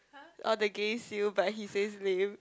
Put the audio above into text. oh the gay seal but he says lame